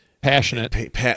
passionate